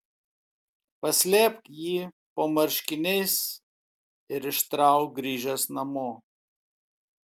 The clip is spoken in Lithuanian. paslėpk jį po marškiniais ir ištrauk grįžęs namo